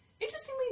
interestingly